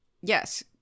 Yes